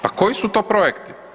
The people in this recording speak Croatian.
Pa koji su to projekti?